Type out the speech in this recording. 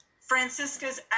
Francisca's